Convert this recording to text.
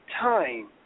time